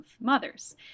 mothers